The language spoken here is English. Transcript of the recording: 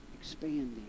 expanding